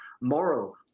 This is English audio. moral